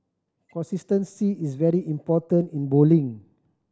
consistency is very important in bowling